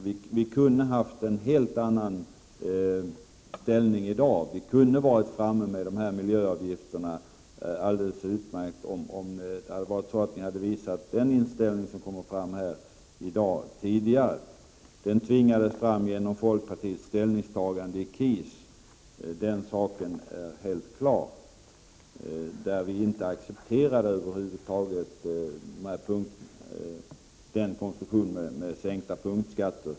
Situationen kunde ha varit en helt annan i dag. Vi kunde alltså mycket väl ha haft miljöavgifterna om ni tidigare hade haft den inställning som kommer fram här i dag. Den här inställningen tvingades fram genom folkpartiets ställningstagande i KIS — den saken är helt klar. Där accepterade vi över huvud taget inte en konstruktion med sänkta punktskatter.